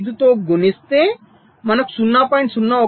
5 తో గుణిస్తే మనకు 0